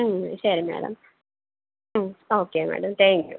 ഉം ശരി മാഡം ഉം ഓക്കെയെന്നാൽ താങ്ക് യു